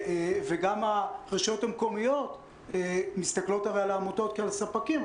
גם הרשויות המקומיות מסתכלות על העמותות כעל ספקים,